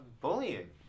bullying